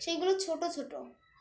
সেইগুলো ছোটো ছোটো